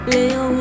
Leo